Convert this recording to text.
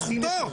זכותו.